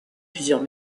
plusieurs